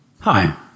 Hi